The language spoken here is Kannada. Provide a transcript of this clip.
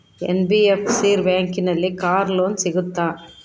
ಎನ್.ಬಿ.ಎಫ್.ಸಿ ಬ್ಯಾಂಕಿನಲ್ಲಿ ಕಾರ್ ಲೋನ್ ಸಿಗುತ್ತಾ?